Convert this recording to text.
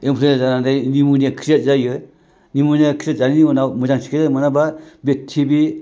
influenza जानानै pneumonia create जायो pneumonia create जानायनि उनाव मोजां सिखिदसा मोनाब्ला बे टि बि